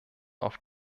auf